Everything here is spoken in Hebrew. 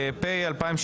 התשפ"ג 2023 (פ/2066/25),